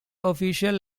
official